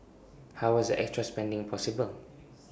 how was the extra spending possible